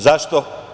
Zašto?